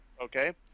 okay